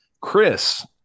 chris